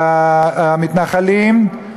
המתנחלים,